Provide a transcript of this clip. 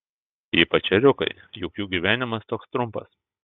ypač ėriukai juk jų gyvenimas toks trumpas